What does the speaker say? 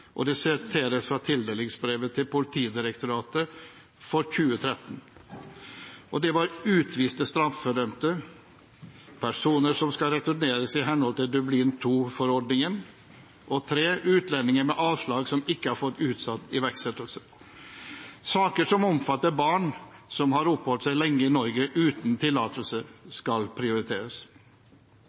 fra tildelingsbrevet til Politidirektoratet for 2013: « Utviste straffedømte. Personer som skal returneres i henhold til Dublin forordningen. Utlendinger med avslag som ikke har fått utsatt iverksettelse. Saker som omfatter barn som har oppholdt seg lenge i Norge uten tillatelse skal prioriteres.»